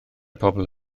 pobol